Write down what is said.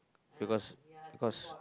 because